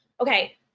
okay